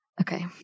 Okay